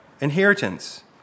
inheritance